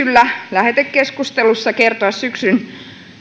lähetekeskustelussa syksyn